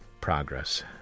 Progress